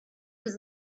was